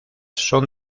son